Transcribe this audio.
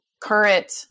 current